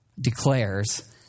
declares